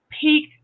peak